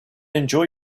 enjoy